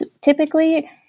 typically